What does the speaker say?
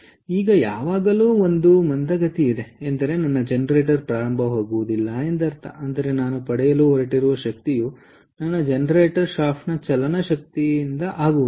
ಈಗ ಯಾವಾಗಲೂ ಒಂದು ಮಂದಗತಿ ಇದೆ ಎಂದರೆ ನನ್ನ ಜನರೇಟರ್ ಪ್ರಾರಂಭವಾಗುವುದಿಲ್ಲ ಎಂದರ್ಥ ಅಂದರೆ ನಾನು ಪಡೆಯಲು ಹೊರಟಿರುವ ಶಕ್ತಿಯು ನನ್ನ ಜನರೇಟರ್ ಶಾಫ್ಟ್ನ ಚಲನ ಶಕ್ತಿಯಿಂದ ಆಗುವುದಿಲ್ಲ